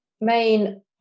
main